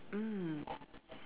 mm